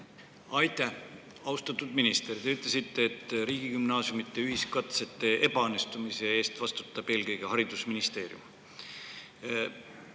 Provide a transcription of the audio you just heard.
Aitäh! Austatud minister! Te ütlesite, et riigigümnaasiumide ühiskatsete ebaõnnestumise eest vastutab eelkõige haridusministeerium.